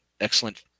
excellent